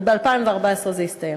וב-2014 זה יסתיים.